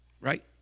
Right